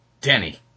Danny